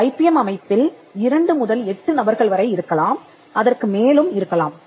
ஒரு ஐபிஎம் அமைப்பில் இரண்டு முதல் எட்டு நபர்கள் வரை இருக்கலாம் அதற்கு மேலும் இருக்கலாம்